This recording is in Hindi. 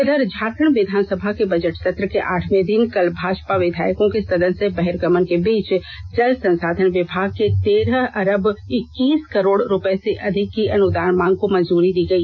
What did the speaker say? इधर झारखंड विधानसभा के बजट सत्र के आठवें दिन कल भाजपा विधायकों के सदन से बहिर्गमन के बीच जल संसाधन विभाग के तेरह अरब इक्कीस करोड़ रुपये से अधिक की अनुदान मांग को मंजूरी दी गई